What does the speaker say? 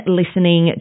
listening